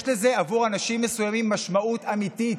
יש לזה עבור אנשים מסוימים משמעות אמיתית.